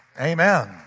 Amen